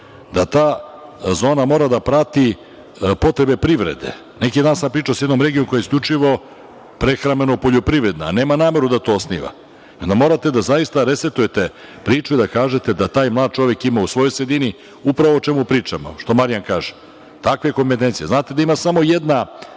da ta zona mora da prati potrebe privrede. Neki dan sam pričao sa jednom regijom koja je isključivo prehrambeno-poljoprivredna, a nema nameru da to osniva. Onda morate da zaista resetujete priču i da kažete da taj mlad čovek ima u svojoj sredini upravo ovo o čemu pričamo, što Marijan kaže, takve kompetencije. Znate da ima samo jedna